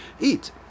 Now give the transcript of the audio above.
eat